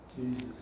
Jesus